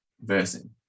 versing